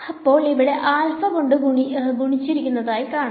അപ്പോൾ ഇവിടെ ആൽഫ കൊണ്ട് ഗുണിചിരിക്കുന്നതായി കാണാം